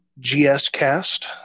GSCast